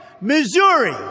Missouri